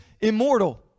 immortal